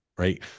right